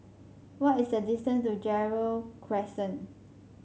what is the distance to Gerald Crescent